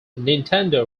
nintendo